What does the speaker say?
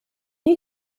you